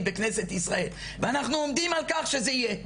בכנסת ישראל ואנחנו עומדים על כך שזה יהיה.